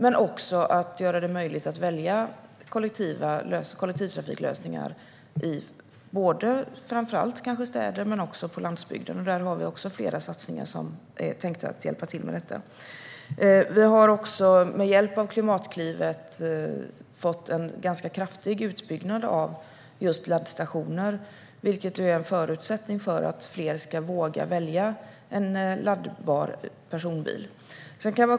Vi försöker också göra det möjligt att välja kollektivtrafiklösningar i framför allt städer men även på landsbygden. Vi har flera satsningar som ska hjälpa till i detta. Med hjälp av Klimatklivet har vi dessutom fått en kraftig utbyggnad av laddstationer, vilket är en förutsättning för att fler ska våga välja en laddbar personbil.